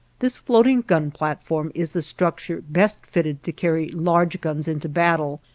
this floating gun-platform is the structure best fitted to carry large guns into battle,